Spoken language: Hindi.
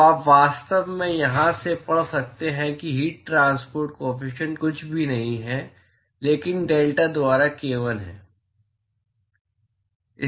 तो आप वास्तव में यहां से पढ़ सकते हैं कि हीट ट्रांसपोर्ट काॅफिशियंट कुछ भी नहीं है लेकिन डेल्टा द्वारा k l है